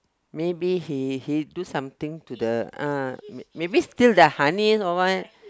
maybe he he do something to the uh maybe steal the honey or what